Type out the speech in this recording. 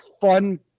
fun